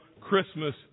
Christmas